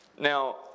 now